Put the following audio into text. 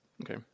Okay